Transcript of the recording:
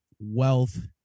wealth